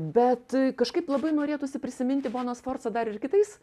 bet kažkaip labai norėtųsi prisiminti boną sforcą dar ir kitais